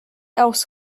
else